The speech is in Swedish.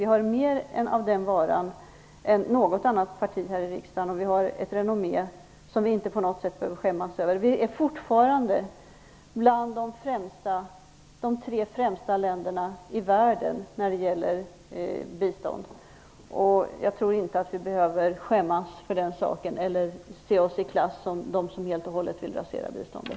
Vi har mer av den varan än något annat parti här i riksdagen, och vi har ett renommé som vi inte på något sätt behöver skämmas över. Sverige är fortfarande ett av de tre främsta länderna i världen när det gäller bistånd, och jag tror inte att vi behöver skämmas för den saken eller anse att vi är i klass med dem som helt och hållet vill rasera biståndet.